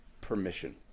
permission